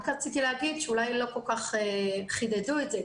רציתי להגיד שאולי לא כל כך חידדו את זה,